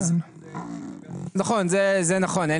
נכון, זה נכון.